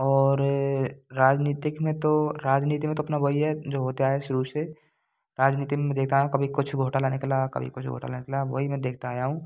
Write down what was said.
और राजनीतिक में तो राजनीति में तो अपना वही है जो होते आया है शुरू से राजनीति में में देखता आया हूँ कभी कुछ घोटाला निकला कभी कुछ घोटाला निकला वही मैं देखता आया हूँ